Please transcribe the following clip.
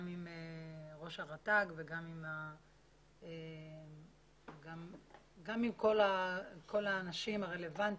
גם אם ראש הרט"ג ועם כל האנשים הרלוונטיים,